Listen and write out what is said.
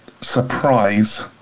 surprise